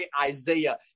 Isaiah